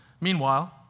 Meanwhile